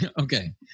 Okay